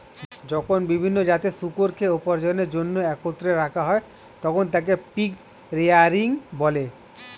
যখন বিভিন্ন জাতের শূকরকে উপার্জনের জন্য একত্রে রাখা হয়, তখন তাকে পিগ রেয়ারিং বলে